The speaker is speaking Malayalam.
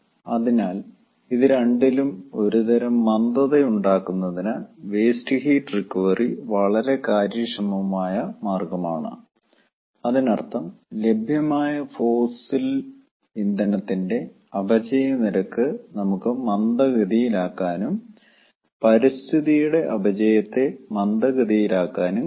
അതിനാൽ ഇത് രണ്ടിലും ഒരു തരം മന്ദതയുണ്ടാക്കുന്നതിന് വേസ്റ്റ് ഹീറ്റ് റിക്കവറി വളരെ കാര്യക്ഷമമായ മാർഗമാണ് അതിനർത്ഥം ലഭ്യമായ ഫോസിൽ ഇന്ധനത്തിന്റെ അപചയ നിരക്ക് നമുക്ക് മന്ദഗതിയിലാക്കാനും പരിസ്ഥിതിയുടെ അപചയത്തെ മന്ദഗതിയിലാക്കാനും കഴിയും